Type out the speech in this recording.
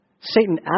Satan